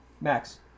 Max